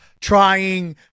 trying